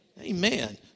Amen